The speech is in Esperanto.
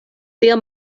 tia